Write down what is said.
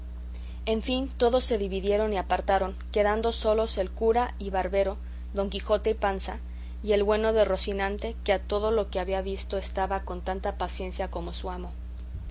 en fin todos se dividieron y apartaron quedando solos el cura y barbero don quijote y panza y el bueno de rocinante que a todo lo que había visto estaba con tanta paciencia como su amo